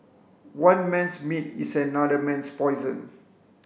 one man's meat is another man's poison